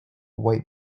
white